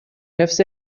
حفظ